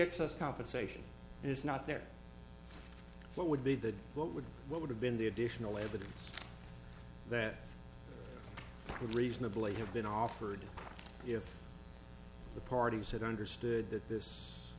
excess compensation is not there what would be the what would what would have been the additional evidence that could reasonably have been offered if the parties had understood that this